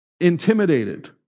intimidated